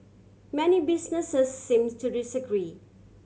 many businesses seems to disagree